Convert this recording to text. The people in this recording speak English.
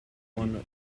one